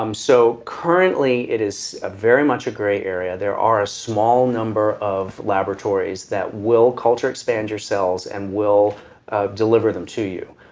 um so currently it is ah very much a gray area. there are small number of laboratories that will culture expand your cells and will deliver them to you.